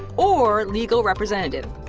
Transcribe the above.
or legal representative.